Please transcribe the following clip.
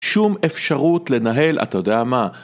שום אפשרות לנהל, אתה יודע מה?